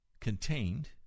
contained